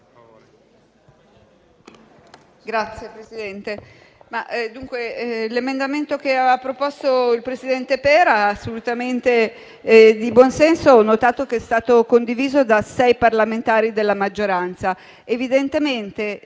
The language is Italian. Signora Presidente, l'emendamento che aveva proposto il presidente Pera è assolutamente di buonsenso. Ho notato che è stato condiviso da sei parlamentari della maggioranza.